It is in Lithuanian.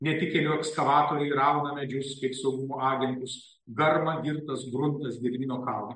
netikėlių ekskavatoriai rauna medžius kaip saugumo agentus garma girtas gruntas gedimino kalno